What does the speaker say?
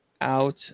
Out